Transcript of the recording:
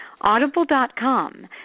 audible.com